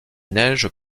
neiges